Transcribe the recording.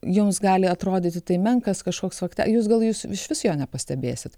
jums gali atrodyti tai menkas kažkoks vat ką jūs gal jūs išvis jo nepastebėsit